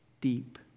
deep